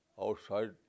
Outside